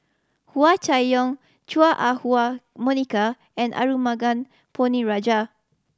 Hua Chai Yong Chua Ah Huwa Monica and Arumugam Ponnu Rajah